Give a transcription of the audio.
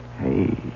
Hey